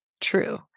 true